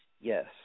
yes